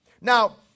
Now